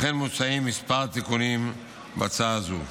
לכן מוצעים כמה תיקונים בהצעה זו.